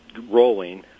rolling